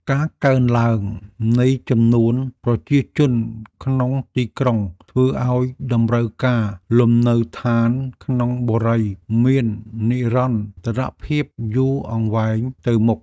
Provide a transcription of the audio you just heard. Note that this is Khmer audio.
ការកើនឡើងនៃចំនួនប្រជាជនក្នុងទីក្រុងធ្វើឱ្យតម្រូវការលំនៅឋានក្នុងបុរីមាននិរន្តរភាពយូរអង្វែងទៅមុខ។